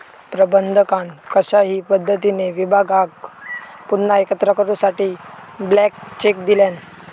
प्रबंधकान कशाही पद्धतीने विभागाक पुन्हा एकत्र करूसाठी ब्लँक चेक दिल्यान